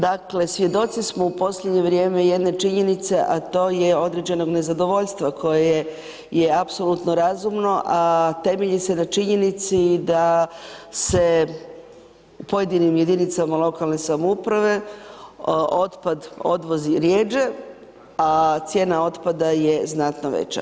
Dakle svjedoci smo u posljednje vrijeme i jedne činjenice a to je određenog nezadovoljstva koje je apsolutno razumno a temelji se na činjenici da se u pojedinim jedinicama lokalne samouprave otpad odvozi rjeđe a cijena otpada je znatno veća.